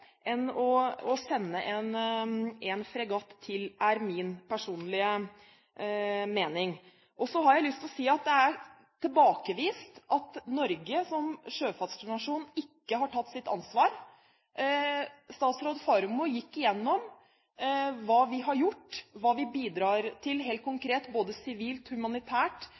på enn å sende en fregatt til, er min personlige mening. Så har jeg lyst til å si at det er tilbakevist at Norge som sjøfartsnasjon ikke har tatt sitt ansvar. Statsråd Faremo gikk gjennom hva vi har gjort, hva vi bidrar med helt konkret, både sivilt og humanitært,